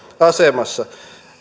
asemassa